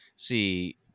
see